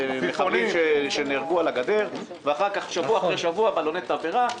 מחבלים שנהרגו על הגדר ואחר כך שבוע אחרי שבוע בלוני תבערה.